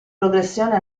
progressione